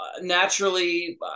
naturally